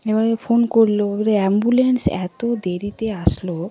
এবারে ফোন করল এবারে অ্যাম্বুলেন্স এত দেরিতে আসলো